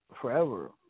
forever